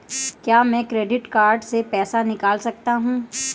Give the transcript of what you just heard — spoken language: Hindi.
क्या मैं क्रेडिट कार्ड से पैसे निकाल सकता हूँ?